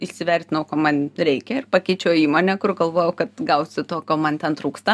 įsivertinau ko man reikia ir pakeičiau įmonę kur galvojau kad gausiu to ko man ten trūksta